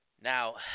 Now